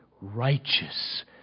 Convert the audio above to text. righteous